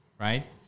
right